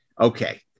Okay